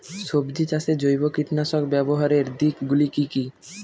সবজি চাষে জৈব কীটনাশক ব্যাবহারের দিক গুলি কি কী?